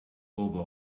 over